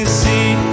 see